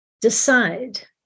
decide